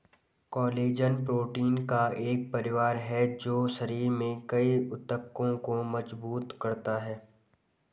collagen protein का एक परिवार है जो शरीर में कई ऊतकों को मजबूत करता है